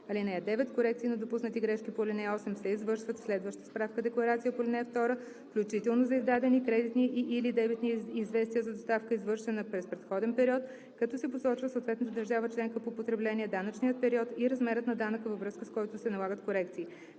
режим. (9) Корекции на допуснати грешки по ал. 8 се извършват в следваща справка-декларация по ал. 2, включително за издадени кредитни и/или дебитни известия за доставка, извършена през предходен период, като се посочва съответната държава членка по потребление, данъчният период и размерът на данъка, във връзка с който се налагат корекции.